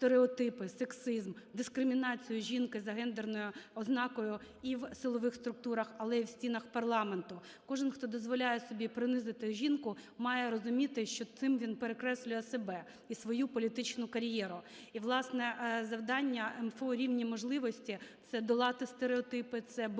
стереотипи, сексизм, дискримінацію жінки за гендерною ознакою і в силових структурах, але і в стінах парламенту. Кожен, хто дозволяє собі принизити жінку, має розуміти, що цим він перекреслює себе і свою політичну кар'єру. І власне, завдання МФО "Рівні можливості" – це долати стереотипи, це боротися